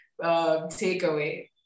takeaway